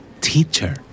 Teacher